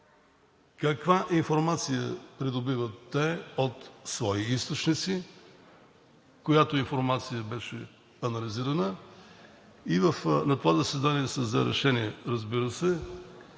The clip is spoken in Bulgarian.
каква информация придобиват те от своите източници, която информация беше анализирана. На това заседание се взе решение, разбира се,